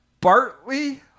Bartley